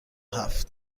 هفت